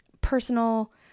personal